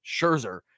Scherzer